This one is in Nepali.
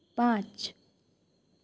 पाँच